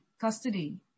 custody